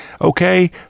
Okay